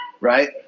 right